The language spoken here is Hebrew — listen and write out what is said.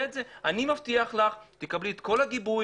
את זה אני מבטיח לך שתקבלי את כל הגיבוי,